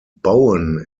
bowen